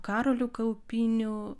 karoliu kaupiniu